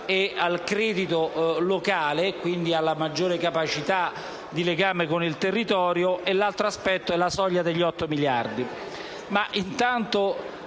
e al credito locale, quindi alla maggiore capacità di legame con il territorio; l'altra, la soglia degli otto miliardi.